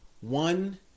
One